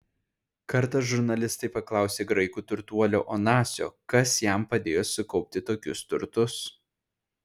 kartą žurnalistai paklausė graikų turtuolio onasio kas jam padėjo sukaupti tokius turtus